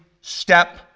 step